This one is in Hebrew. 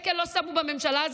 לא שמו שקל בממשלה הזו.